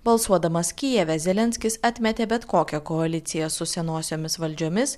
balsuodamas kijeve zelenskis atmetė bet kokią koaliciją su senosiomis valdžiomis